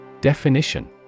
Definition